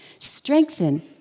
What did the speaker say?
strengthen